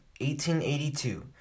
1882